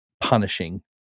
punishing